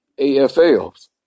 AFL's